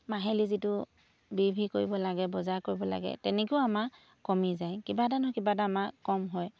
মাহিলি যিটো বি ভি কৰিব লাগে বজাৰ কৰিব লাগে তেনেকৈও আমাৰ কমি যায় কিবা এটা নহয় কিবা এটা আমাৰ কম হয়